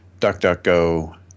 DuckDuckGo